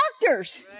doctors